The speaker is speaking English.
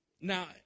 Now